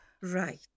Right